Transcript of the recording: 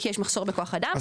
כי יש מחסור בכוח אדם,